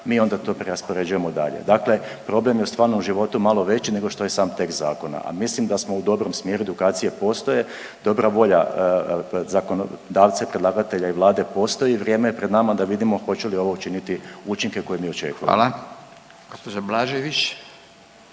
mi onda to preraspoređujemo dalje. Dakle, problem je u stvarnom životu malo veći nego što je sam tekst zakona, a mislim da smo u dobrom smjeru, edukacije postoje, dobra volja zakonodavca predlagatelja i vlade postoji, vrijeme je pred nama da vidimo hoće li to učiniti učinke koje mi očekujemo. **Radin, Furio